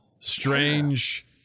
strange